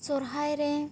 ᱥᱚᱨᱦᱟᱭ ᱨᱮ